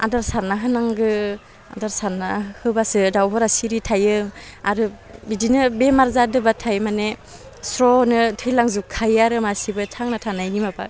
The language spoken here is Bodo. आदार सारना होनांगौ आदार सारना होबासो दाउफोरा सिरि थायो आरो बिदिनो बेमार जादोंबाथाय माने स्रनो थैलांजोबखायो आरो मासेबो थांना थानायनि माबा